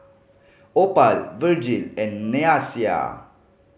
Opal Virgil and Nyasia